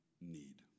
need